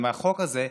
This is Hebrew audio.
עם החוק הזה,